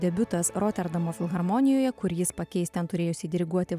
debiutas roterdamo filharmonijoje kur jis pakeis ten turėjusį diriguoti